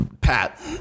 Pat